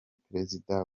perezida